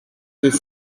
que